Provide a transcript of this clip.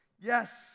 Yes